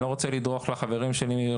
אני לא רוצה לדרוך לחברים שלי יועצי המס.